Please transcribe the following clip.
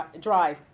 Drive